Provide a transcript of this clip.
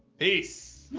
peace!